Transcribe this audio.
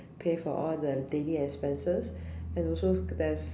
pay for all the daily expenses and also there's